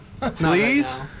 Please